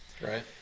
Right